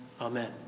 Amen